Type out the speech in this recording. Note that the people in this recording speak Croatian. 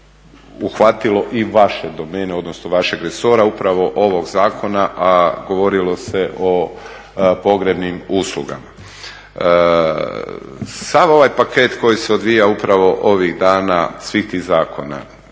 koje se uhvatilo i vaše domene, odnosno vašeg resora, upravo ovog zakona, a govorilo se o pogrebnim uslugama. Sam ovaj paket koji se odvija upravo ovih dana, svih tih zakona,